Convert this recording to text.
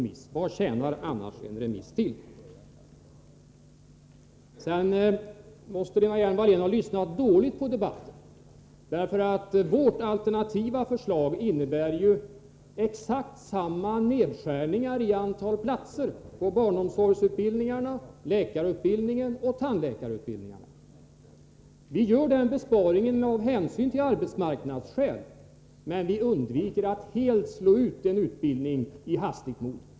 Vad tjänar annars en remiss till? Lena Hjelm-Wallén måste ha lyssnat dåligt till debatten. Vårt alternativa förslag innebär ju exakt samma nedskärningar i antalet platser vid barnomsorgsutbildningarna, läkarutbildningen och tandläkarutbildningarna. Den besparingen gör vi av arbetsmarknadsskäl. Men vi undviker att i hastigt mod helt slå ut en utbildning.